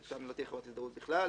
שם לא תהיה חובת הזדהות בכלל.